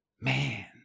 man